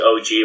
OG